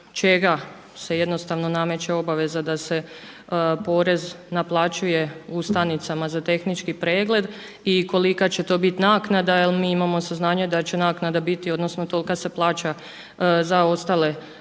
čega se jednostavno nameće obaveza da se porez naplaćuje u stanicama za tehnički pregled i kolika će to biti naknada, jel mi imamo saznanja da će naknada biti odnosno tolika se plaća za ostale poreze